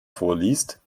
vorliest